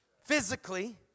physically